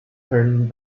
turn